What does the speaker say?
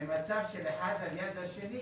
במצב של אחד ליד השני,